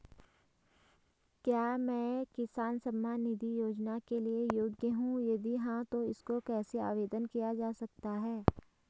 क्या मैं किसान सम्मान निधि योजना के लिए योग्य हूँ यदि हाँ तो इसको कैसे आवेदन किया जा सकता है?